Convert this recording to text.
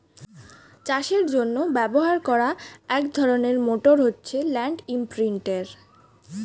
চাষের জন্য ব্যবহার করা এক ধরনের মোটর হচ্ছে ল্যান্ড ইমপ্রিন্টের